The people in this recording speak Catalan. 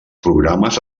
programes